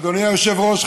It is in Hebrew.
אדוני היושב-ראש,